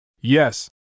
Yes